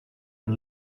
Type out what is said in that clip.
and